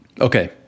Okay